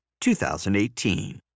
2018